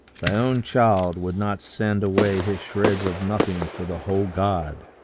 thy own child would not send away his shreds of nothing for the whole god!